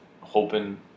hoping